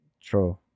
True